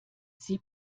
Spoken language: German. sie